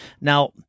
Now